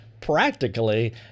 practically